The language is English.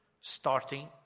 starting